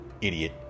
Idiot